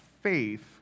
faith